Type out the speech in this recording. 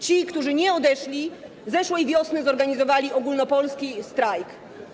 Ci, którzy nie odeszli, zeszłej wiosny zorganizowali ogólnopolski strajk.